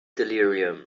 delirium